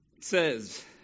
says